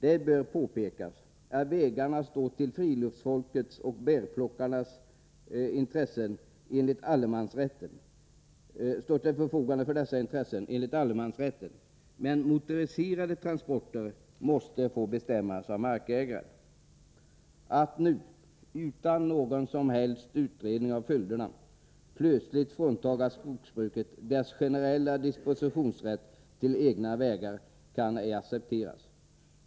Det bör påpekas att vägarna står till förfogande för friluftsfolket och bärplockarna enligt allemansrätten, men motoriserade transporter måste få bestämmas av markägaren. Att nu utan någon som helst utredning av följderna plötsligt frånta skogsbruket dess generella dispositionsrätt till egna vägar kan ej accepteras.